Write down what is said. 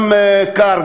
גם בקור,